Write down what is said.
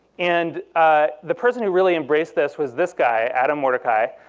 and ah the person who really embraced this was this guy, adam mordecai,